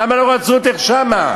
למה לא רצו אותך שם?